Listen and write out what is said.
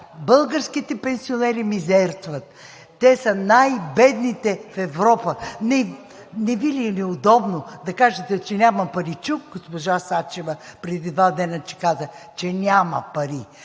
българските пенсионери мизерстват. Те са най-бедните в Европа. Не Ви ли е неудобно да кажете, че няма пари!? Чух госпожа Сачева преди два дни, че каза, че няма пари.